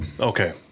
Okay